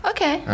Okay